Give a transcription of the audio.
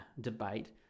debate